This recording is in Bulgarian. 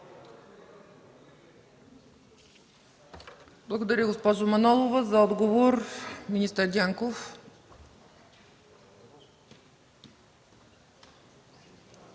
Благодаря, госпожо Манолова. За отговор – министър Дянков.